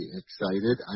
excited